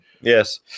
Yes